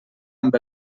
amb